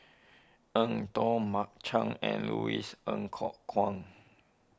Eng Tow Mark Chan and Louis Ng Kok Kwang